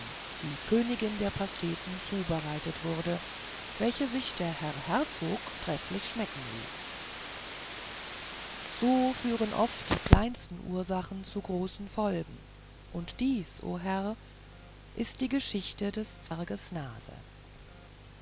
die königin der pasteten zubereitet wurde welche sich der herr herzog trefflich schmecken ließ so führen oft die kleinsten ursachen zu großen folgen und dies o herr ist die geschichte des zwerges nase